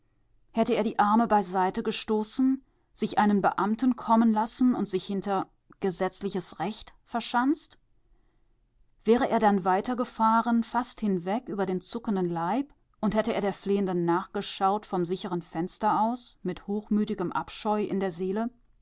hätte er die arme beiseitegestoßen sich einen beamten kommen lassen und sich hinter gesetzliches recht verschanzt wäre er dann weitergefahren fast hinweg über den zuckenden leib und hätte er der fliehenden nachgeschaut vom sicheren fenster aus mit hochmütigem abscheu in der seele